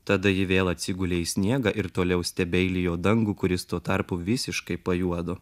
tada ji vėl atsigulė į sniegą ir toliau stebeilijo dangų kuris tuo tarpu visiškai pajuodo